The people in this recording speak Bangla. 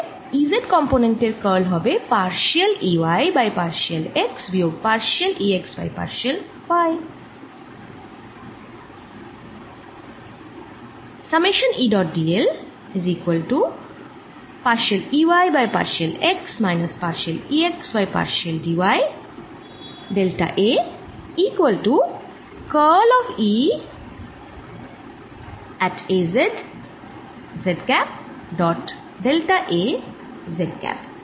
তাহলে E z কম্পনেন্ট এর কার্ল হবে partial E y by partial x বিয়োগ partial E x by partial y